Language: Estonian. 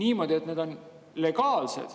niimoodi, et need oleksid legaalsed